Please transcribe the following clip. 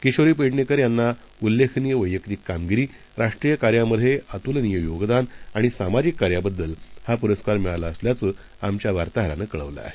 किशोरी पेडणेकर यांना उल्लेखनीय वैयक्तिक कामगिरी राष्ट्रीय कार्यामध्ये अतुलनीय योगदान आणि सामाजिक कार्याबद्दल हा पुरस्कार मिळाला असल्याचं आमच्या वार्ताहरानं कळवलं आहे